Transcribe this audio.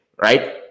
Right